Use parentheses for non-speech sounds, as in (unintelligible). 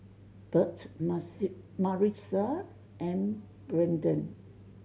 Burt (unintelligible) Maritza and Brennen